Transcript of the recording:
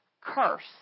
curse